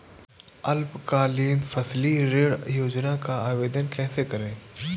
अल्पकालीन फसली ऋण योजना का आवेदन कैसे करें?